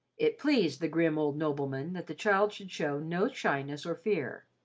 it pleased the grim old nobleman that the child should show no shyness or fear,